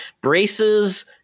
braces